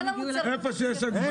איפה שיש הגבלה,